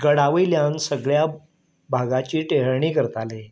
गडा वयल्यान सगळ्या भागाची टेळणी करताले